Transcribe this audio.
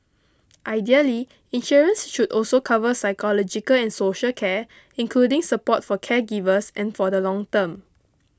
ideally insurance should also cover psychological and social care including support for caregivers and for the long term